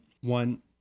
one